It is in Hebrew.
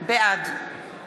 בעד